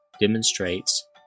demonstrates